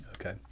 Okay